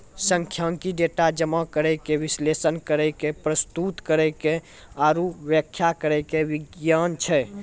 सांख्यिकी, डेटा जमा करै के, विश्लेषण करै के, प्रस्तुत करै के आरु व्याख्या करै के विज्ञान छै